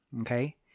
Okay